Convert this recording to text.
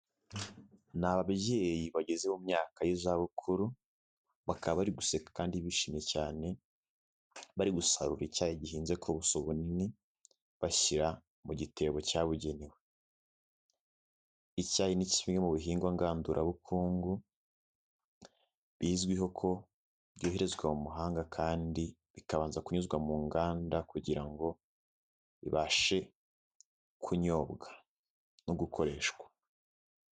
Ni ababyeyi bageze mu myaka y'izabukuru, bakaba bari guseka kandi bishimye cyane bari gusarura icyayi gihenze kusa ubunini bashyira mu gitebo cyabugenewe. Icyayi ni kimwe mu bihingwa ngandurabukungu bizwiho ko byoherezwa mu mahanga kandi bikabanza kunyuzwa mu nganda kugira ngo ibashe kunyobwa no gukoreshwa.